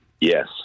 Yes